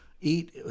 eat